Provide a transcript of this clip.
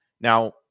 Now